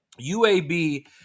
UAB